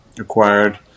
acquired –